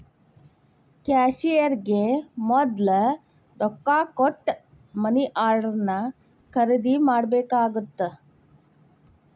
ಕ್ಯಾಶಿಯರ್ಗೆ ಮೊದ್ಲ ರೊಕ್ಕಾ ಕೊಟ್ಟ ಮನಿ ಆರ್ಡರ್ನ ಖರೇದಿ ಮಾಡ್ಬೇಕಾಗತ್ತಾ